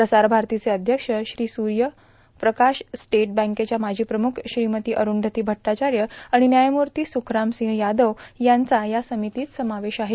प्रसारभारतीचे अध्यक्ष श्री सूय प्रकाश स्टेट बँकेच्या माजी प्रमुख श्रीमती अरंधती भट्टाचाय आर्माण न्यायमूर्ता सुखराम र्मासंह यादव यांचा या र्सामतीत समावेश आहे